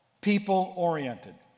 people-oriented